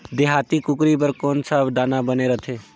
देहाती कुकरी बर कौन सा दाना बने रथे?